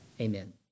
Amen